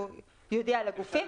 והוא יודיע לגופים,